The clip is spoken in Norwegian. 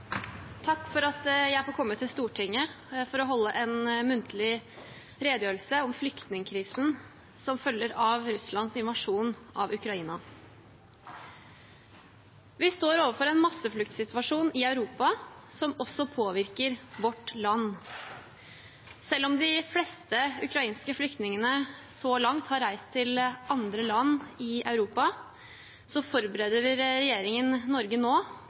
Takk for at jeg får komme til Stortinget for å holde en muntlig redegjørelse om flyktningkrisen som følger av Russlands invasjon av Ukraina. Vi står overfor en massefluktsituasjon i Europa som også påvirker vårt land. Selv om de fleste ukrainske flyktningene så langt har reist til andre land i Europa, forbereder regjeringen nå Norge